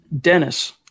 Dennis